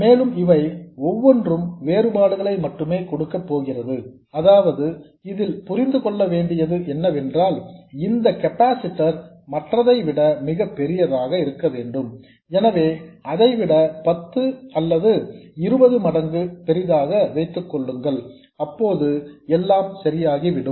மேலும் இவை ஒவ்வொன்றும் வேறுபாடுகளை மட்டுமே கொடுக்கப் போகிறது அதாவது இதில் புரிந்து கொள்ள வேண்டியது என்னவென்றால் இந்த கெப்பாசிட்டர் மற்றதை விட மிகப் பெரியதாக இருக்க வேண்டும் எனவே அதைவிட பத்து அல்லது இருபது மடங்கு பெரியதாக வைத்துக்கொள்ளுங்கள் அப்போது எல்லாம் சரியாகிவிடும்